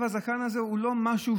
הזקן הזה הוא לא ליופי,